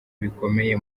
bikomeye